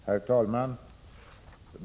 Herr talman!